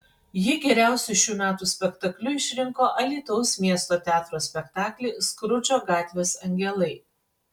ji geriausiu šių metų spektakliu išrinko alytaus miesto teatro spektaklį skrudžo gatvės angelai